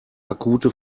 akute